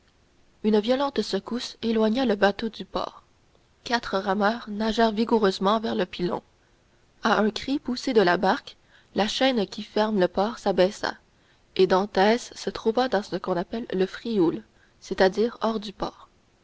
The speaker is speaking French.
une violente secousse éloigna le bateau du bord quatre rameurs nagèrent vigoureusement vers le pilon à un cri poussé de la barque la chaîne qui ferme le port s'abaissa et dantès se trouva dans ce qu'on appelle le frioul c'est-à-dire hors du port